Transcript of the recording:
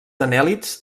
anèl·lids